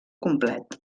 complet